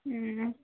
হুম